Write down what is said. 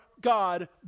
God